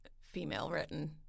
female-written